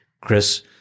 Chris